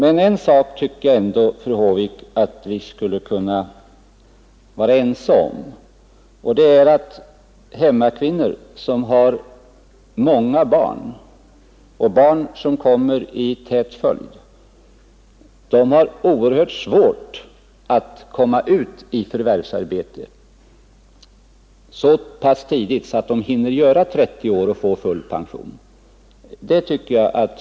En sak tycker jag ändå, fru Håvik, att vi skulle kunna vara ense om, nämligen att hemmakvinnor som har många barn och barn som kommer i tät följd har oerhört svårt att komma ut i förvärvsarbete så tidigt att de hinner göra sina 30 år och få full pension.